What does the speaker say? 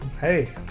Hey